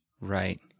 Right